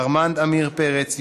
ארמנד עמיר פרץ,